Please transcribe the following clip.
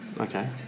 Okay